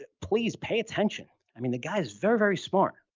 ah please pay attention. i mean, the guy is very, very smart.